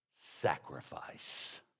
Sacrifice